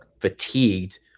fatigued